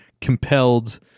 compelled